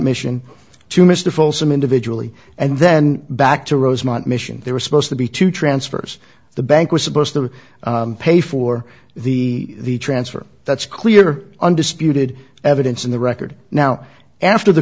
mission to mr folsom individually and then back to rosemont mission there was supposed to be two transfers the bank was supposed to pay for the transfer that's clear undisputed evidence in the record now after the